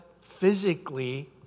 physically